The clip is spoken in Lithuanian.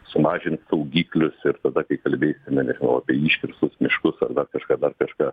sumažint saugiklius ir tada kai kalbėsime nežinau apie iškirstus miškus ar dar kažką dar kažką